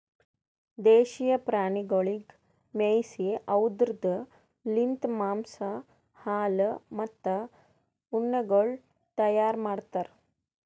ದೇಶೀಯ ಪ್ರಾಣಿಗೊಳಿಗ್ ಮೇಯಿಸಿ ಅವ್ದುರ್ ಲಿಂತ್ ಮಾಂಸ, ಹಾಲು, ಮತ್ತ ಉಣ್ಣೆಗೊಳ್ ತೈಯಾರ್ ಮಾಡ್ತಾರ್